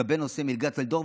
לגבי נושא מלגת טלדור,